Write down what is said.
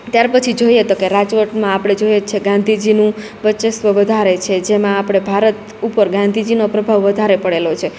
ત્યારપછી જોઈએ તો કે રાજકોટમાં આપડે જોઈએ જ છીએ ગાંધીજીનું વર્ચસ્વ વધારે છે જેમાં આપડે ભારત ઉપર ગાંધીજીનો પ્રભાવ વધારે પડેલો છે